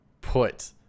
put